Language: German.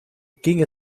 ging